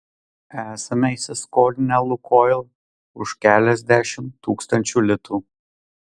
esame įsiskolinę lukoil už keliasdešimt tūkstančių litų